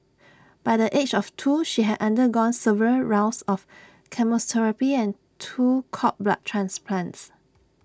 by the age of two she had undergone several rounds of chemotherapy and two cord blood transplants